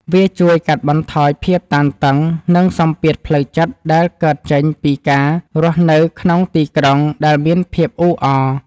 វាជួយកាត់បន្ថយភាពតានតឹង និងសម្ពាធផ្លូវចិត្តដែលកើតចេញពីការរស់នៅក្នុងទីក្រុងដែលមានភាពអ៊ូអរ។